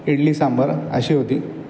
इडली सांबार अशी होती